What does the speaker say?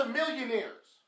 millionaires